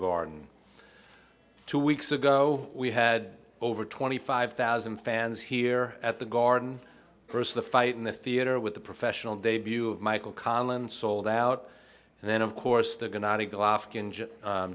garden two weeks ago we had over twenty five thousand fans here at the garden st the fight in the theater with the professional debut of michael conlon sold out and then of course they're going to